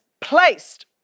placed